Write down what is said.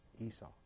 Esau